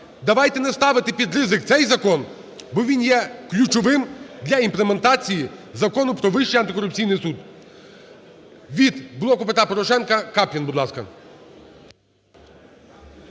Давайте не ставити під ризик цей закон, бо він є ключовим для імплементації Закону "Про Вищий антикорупційний суд". Від "Блоку Петра Порошенка" Каплін, будь ласка.